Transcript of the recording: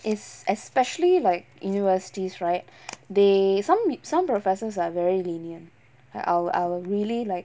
is especially like universities right they some some professors are very lenient I'll I'll really like